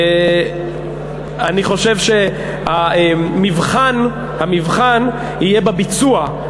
אני חושב שהמבחן יהיה בביצוע,